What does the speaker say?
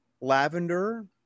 lavender